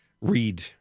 Read